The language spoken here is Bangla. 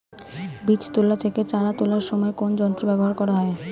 বীজ তোলা থেকে চারা তোলার সময় কোন যন্ত্র ব্যবহার করা হয়?